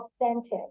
authentic